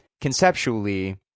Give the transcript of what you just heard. conceptually